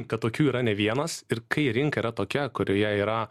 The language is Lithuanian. kad tokių yra ne vienas ir kai rinka yra tokia kurioje yra